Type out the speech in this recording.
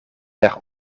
per